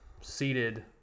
seated